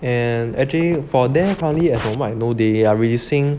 and actually for there currently as from what I know they are releasing